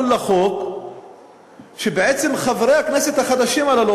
לחוק היא שבעצם חברי הכנסת החדשים הללו,